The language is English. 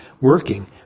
working